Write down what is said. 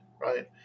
right